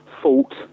fault